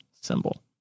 symbol